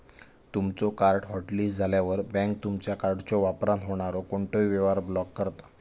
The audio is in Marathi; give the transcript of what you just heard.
तुमचो कार्ड हॉटलिस्ट झाल्यावर, बँक तुमचा कार्डच्यो वापरान होणारो कोणतोही व्यवहार ब्लॉक करता